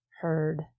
heard